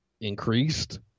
increased